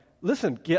listen